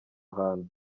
ahantu